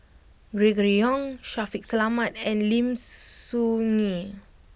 Gregory Yong Shaffiq Selamat and Lim Soo Ngee